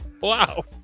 Wow